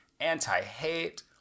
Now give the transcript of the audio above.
anti-hate